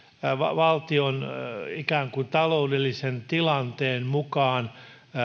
valtion ikään kuin taloudellisen tilanteen mukaan